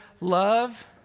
love